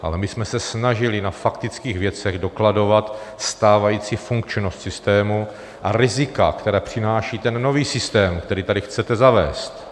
Ale my jsme se snažili na faktických věcech dokladovat stávající funkčnost systému a rizika, která přináší ten nový systém, který tady chcete zavést.